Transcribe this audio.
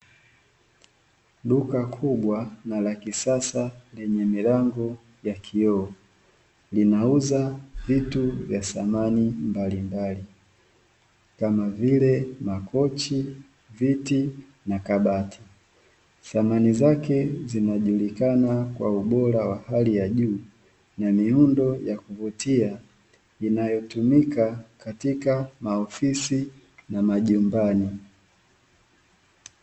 Duka kubwa na la kisasa lenye milango ya kioo. Linauza vitu vya samani mbalimbali kama vile: makochi, viti na kabati. Samani zake zinajulikana kwa ubora wa hali ya juu na miundo ya kuvutia inayotumika katika maofisi na majumbani.